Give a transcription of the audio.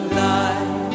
life